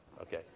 okay